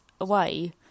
away